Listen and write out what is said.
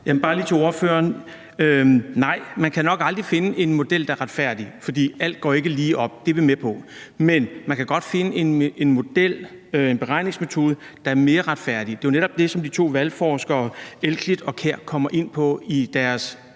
lige sige til ordføreren: Nej, man kan nok aldrig finde en model, der er retfærdig, for alt går ikke lige op. Det er vi med på, men man kan godt finde en model, en beregningsmetode, der er mere retfærdig. Det var netop det, som de to valgforskere Jørgen Elklit og Ulrik Kjær kommer ind på. De